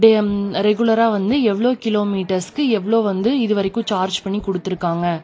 தே ரெகுலராக வந்து எவ்வளோ கிலோமீட்டர்ஸுக்கு எவ்வளோ வந்து இதுவரைக்கும் சார்ஜ் பண்ணி கொடுத்துருக்காங்க